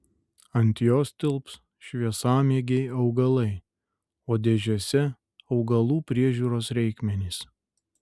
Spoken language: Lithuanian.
ant jos tilps šviesamėgiai augalai o dėžėse augalų priežiūros reikmenys